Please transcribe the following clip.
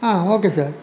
okay sir